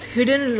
Hidden